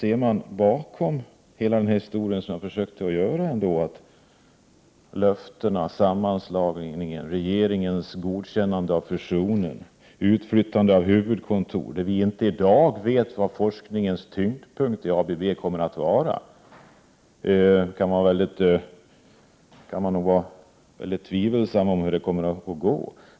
Ser man bakom hela den här historien, som jag har försökt göra — löftena, sammanslagningen, regeringens godkännande av fusionen, utflyttandet av huvudkontor, att vi inte i dag vet var forskningens tyngdpunkt i ABB kommer att vara — kan man vara mycket tvivelsam om hur det kommer att gå.